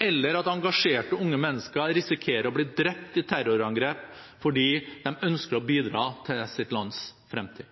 eller at engasjerte unge mennesker risikerer å bli drept i terrorangrep fordi de ønsker å bidra til sitt lands fremtid.